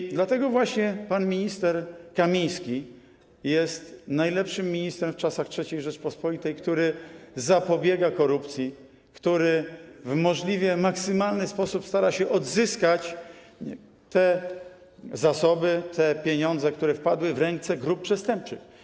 I dlatego właśnie pan minister Kamiński jest najlepszym ministrem w czasach III Rzeczypospolitej, który zapobiega korupcji, który w możliwie maksymalny sposób stara się odzyskać te zasoby, te pieniądze, które wpadły w ręce grup przestępczych.